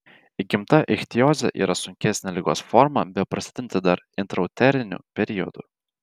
įgimta ichtiozė yra sunkesnė ligos forma beprasidedanti dar intrauteriniu periodu